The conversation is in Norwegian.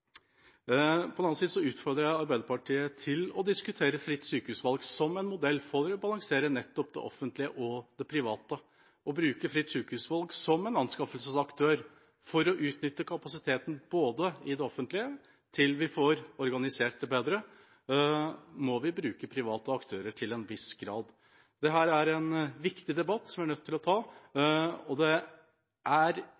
På den annen side utfordrer jeg Arbeiderpartiet til å diskutere fritt sykehusvalg som en modell for å balansere nettopp det offentlige og det private, og bruke fritt sykehusvalg som en anskaffelsesaktør for å utnytte kapasiteten i det offentlige. Til vi får organisert det bedre må vi bruke private aktører til en viss grad. Dette er en viktig debatt vi er nødt til å ta,